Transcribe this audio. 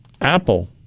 Apple